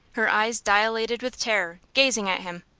her eyes dilated with terror, gazing at him.